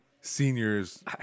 senior's